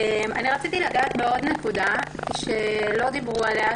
רציתי לגעת בעוד נקודה שלא דיברו עליה,